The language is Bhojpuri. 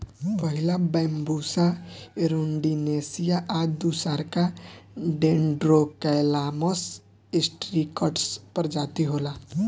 पहिला बैम्बुसा एरुण्डीनेसीया आ दूसरका डेन्ड्रोकैलामस स्ट्रीक्ट्स प्रजाति होला